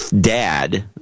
dad